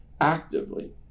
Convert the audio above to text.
actively